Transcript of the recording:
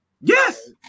Yes